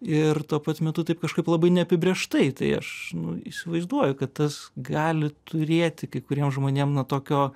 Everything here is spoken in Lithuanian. ir tuo pat metu taip kažkaip labai neapibrėžtai tai aš nu įsivaizduoju kad tas gali turėti kai kuriem žmonėm na tokio